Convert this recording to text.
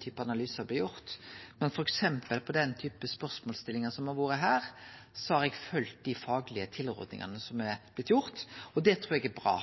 typen analysar ikkje blir gjorde i eit vakuum. Men f.eks. i den typen spørsmålsstillingar som har vore her, har eg følgt dei faglege tilrådingane som er blitt gjorde, og det trur eg er bra.